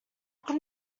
could